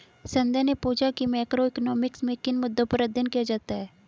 संध्या ने पूछा कि मैक्रोइकॉनॉमिक्स में किन मुद्दों पर अध्ययन किया जाता है